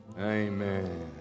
amen